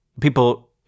People